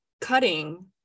cutting